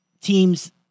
teams